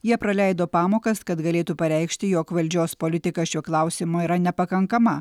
jie praleido pamokas kad galėtų pareikšti jog valdžios politika šiuo klausimu yra nepakankama